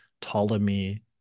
Ptolemy